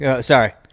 Sorry